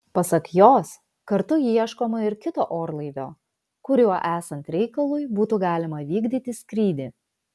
pasak jos kartu ieškoma ir kito orlaivio kuriuo esant reikalui būtų galima vykdyti skrydį